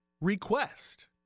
request